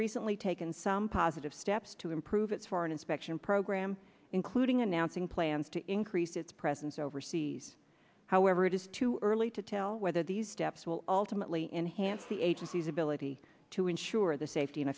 recently taken some positive steps to improve its foreign inspection program including announcing plans to increase its presence overseas however it is too early to tell whether these steps will ultimately enhance the agency's ability to ensure the safety and